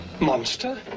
Monster